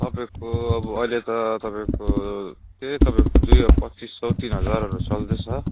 तपाईँको अब अहिले त तपाईँको त्यही तपाईँको दुई पच्चिस सौ तिन हजारहरू चल्दैछ